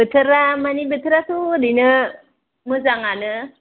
बोथोरा मानि बोथोराथ' ओरैनो मोजाङानो